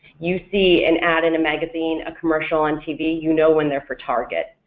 you see an ad in a magazine, a commercial on tv, you know when they're for target,